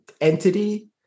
entity